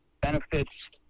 benefits